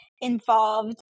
involved